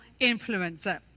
influencer